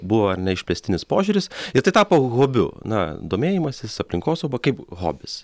buvo ar ne išplėstinis požiūris ir tai tapo hobiu na domėjimasis aplinkosauga kaip hobis